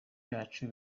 yacu